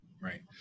Right